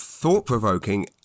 thought-provoking